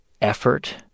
effort